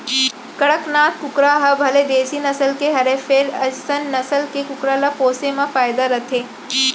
कड़कनाथ कुकरा ह भले देसी नसल के हरय फेर अइसन नसल के कुकरा ल पोसे म फायदा रथे